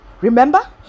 Remember